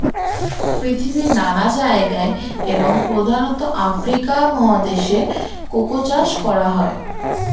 পৃথিবীর নানা জায়গায় এবং প্রধানত আফ্রিকা মহাদেশে কোকো চাষ করা হয়